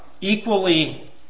equally